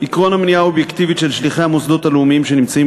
עקרון המניעה האובייקטיבית של שליחי המוסדות הלאומיים שנמצאים